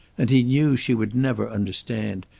and he knew she would never understand,